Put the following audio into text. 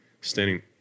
standing